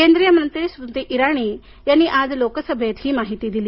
केंद्रीय मंत्री स्मृती इराणी यांनी आज लोकसभेत ही माहिती दिली